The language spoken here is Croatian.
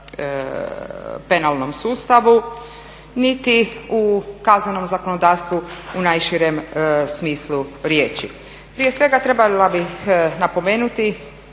penalnom sustavu niti u kaznenom zakonodavstvu u najširem smislu riječi. Prije svega trebala bih napomenuti